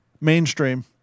mainstream